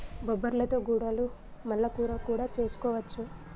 బొబ్బర్లతో గుడాలు మల్ల కూర కూడా చేసుకోవచ్చు